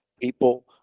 People